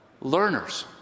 Learners